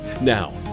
Now